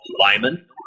Lyman